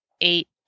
eight